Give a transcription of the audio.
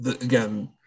Again